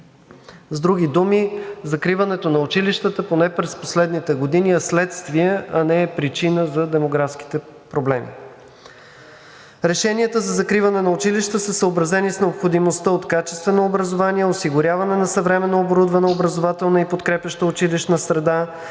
С други думи – закриването на училищата, поне през последните години, е следствие, а не е причина за демографските проблеми. Решенията за закриване на училищата са съобразени с необходимостта от качествено образование, осигуряване на съвременно оборудване, образователна и подкрепяща училищна среда,